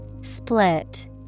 Split